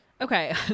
okay